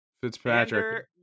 Fitzpatrick